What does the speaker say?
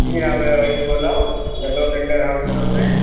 جی ہاں میں وہیں سے بول رہا ہوں لکھنو ٹینڈر ہاوس اسٹور سے